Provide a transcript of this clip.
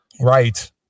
Right